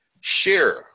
Share